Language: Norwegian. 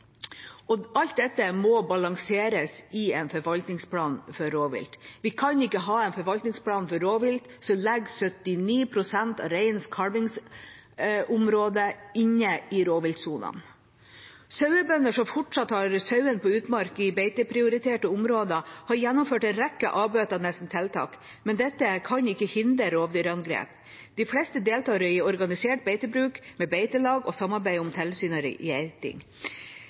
Alt dette må balanseres i en forvaltningsplan for rovvilt. Vi kan ikke ha en forvaltningsplan for rovvilt som legger 79 pst. av reinens kalvingsområde inne i rovviltsonene. Sauebønder som fortsatt har sauene på utmarksbeite i beiteprioriterte områder, har gjennomført en rekke avbøtende tiltak, men dette kan ikke hindre rovdyrangrep. De fleste deltar i organisert beitebruk med beitelag og samarbeid om tilsyn og